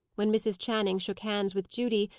when mrs. channing shook hands with judy,